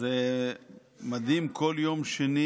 זה מדהים, כל יום שני